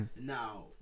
now